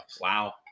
Wow